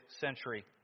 century